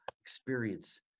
experience